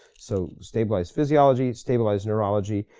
so stabilize physiology, stabilize neurology,